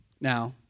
Now